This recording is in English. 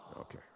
Okay